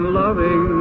loving